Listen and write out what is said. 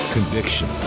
Conviction